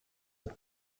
het